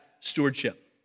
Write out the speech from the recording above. stewardship